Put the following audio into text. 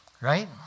right